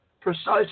Precisely